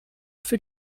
für